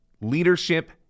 Leadership